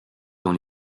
dans